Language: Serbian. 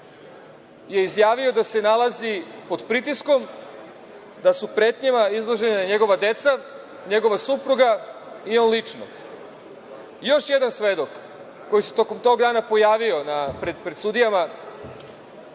je izjavio da se nalazi pod pritiskom, da su pretnjama izložena njegova deca, njegova supruga i on lično. Još jedan svedok koji se tog dana pojavio pred sudijama